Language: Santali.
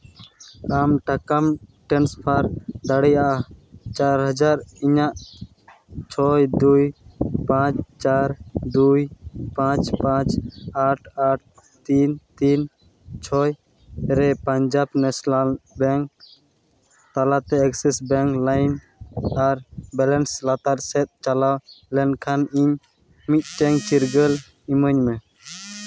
ᱟᱢ ᱴᱟᱠᱟᱢ ᱴᱨᱟᱱᱥᱯᱷᱟᱨ ᱫᱟᱲᱮᱭᱟᱜᱼᱟ ᱪᱟᱨ ᱦᱟᱡᱟᱨ ᱤᱧᱟᱹᱜ ᱪᱷᱚᱭ ᱫᱩᱭ ᱯᱟᱸᱪ ᱪᱟᱨ ᱫᱩᱭ ᱯᱟᱸᱪ ᱯᱟᱸᱪ ᱟᱴ ᱟᱴ ᱛᱤᱱ ᱛᱤᱱ ᱪᱷᱚᱭ ᱨᱮ ᱯᱟᱧᱡᱟᱵᱽ ᱱᱮᱥᱱᱟᱞ ᱵᱮᱝᱠ ᱛᱟᱞᱟᱛᱮ ᱮᱠᱥᱤᱥ ᱵᱮᱝᱠ ᱞᱟᱭᱤᱢ ᱟᱨ ᱵᱮᱞᱮᱱᱥ ᱞᱟᱛᱟᱨ ᱥᱮᱫ ᱪᱟᱞᱟᱣ ᱞᱮᱱᱠᱷᱟᱱ ᱤᱧ ᱢᱤᱫᱴᱮᱱ ᱪᱤᱨᱜᱟᱹᱞ ᱤᱢᱟᱹᱧ ᱢᱮ